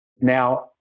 Now